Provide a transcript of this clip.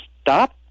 Stop